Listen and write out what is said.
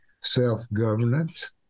self-governance